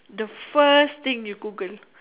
the first thing you Google